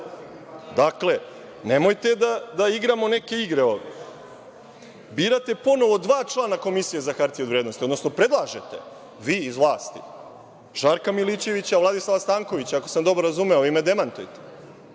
nemojte da igramo neke igre ovde. Birate ponovo dva člana Komisije za hartije od vrednosti, odnosno predlažete, vi iz vlasti. Žarka Milićevića, Vladislava Stankovića, ako sam dobro razumeo, vi me demantujte.